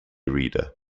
reader